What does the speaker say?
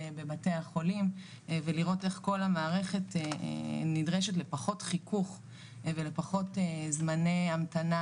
הבית הזה מצולם 24/6 וכל אחד יוכל לצפות ולגעת ולכן,